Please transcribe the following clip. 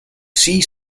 see